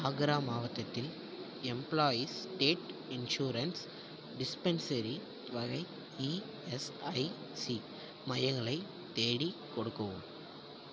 ஆக்ரா மாவட்டத்தில் employees state insurance dispensary வகை ESIC மையங்களை தேடிக் கொடுக்கவும்